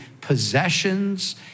possessions